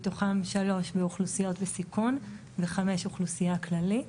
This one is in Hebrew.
מתוכם שלושה באוכלוסיות בסיכון וחמישה באוכלוסייה כללית.